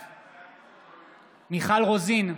בעד מיכל רוזין,